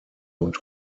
und